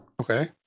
Okay